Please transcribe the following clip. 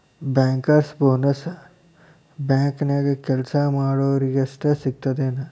Bankers bonus ಬ್ಯಾಂಕ್ನ್ಯಾಗ್ ಕೆಲ್ಸಾ ಮಾಡೊರಿಗಷ್ಟ ಸಿಗ್ತದೇನ್?